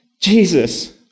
Jesus